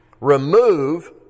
Remove